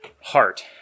heart